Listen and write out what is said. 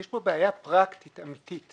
יש בעיה פרקטית אמיתית